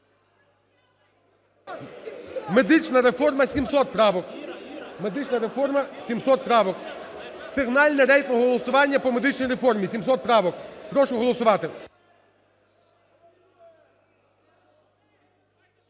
Медична реформа, 700 правок. Сигнальне рейтингове голосування по медичній реформі, 700 правок. Прошу голосувати.